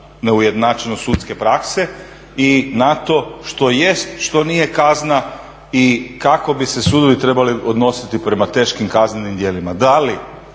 na ujednačenost sudske prakse i na to što jest, što nije kazna i kako bi se sudovi trebali odnositi prema teškim kaznenim djelima,